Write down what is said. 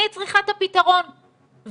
אני צריכה את הפתרון והאזרחים,